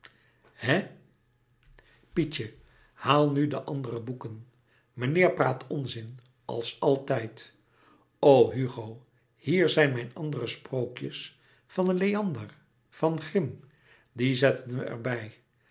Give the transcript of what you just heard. hè pietje haal nu de andere boeken meneer praat onzin als altijd o hugo hier zijn mijn andere sprookjes van leander van grimm die zetten